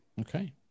Okay